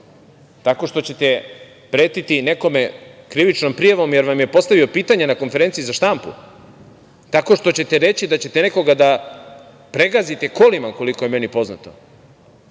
tako što ćete pretiti nekome krivičnom prijavom jer vam je postavio pitanje na konferenciji za štampu, tako što ćete reći da ćete nekoga da pregazite kolima, koliko je meni poznato? Pa,